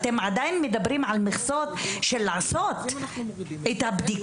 אתם עדיין מדברים על מכסות לעשות את הבדיקה,